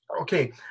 Okay